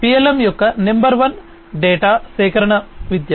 PLM యొక్క number 1 data సేకరణ విద్య